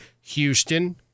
Houston